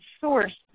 source